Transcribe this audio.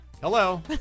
Hello